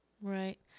Right